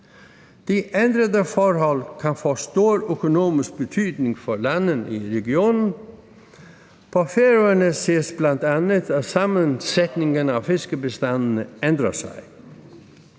De ændrede forhold kan få stor økonomisk betydning for landene i regionen. På Færøerne ses blandt andet, at sammensætningen af fiskebestandene ændrer sig.